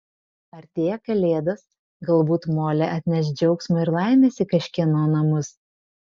artėja kalėdos galbūt molė atneš džiaugsmo ir laimės į kažkieno namus